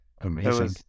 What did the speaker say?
amazing